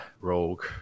rogue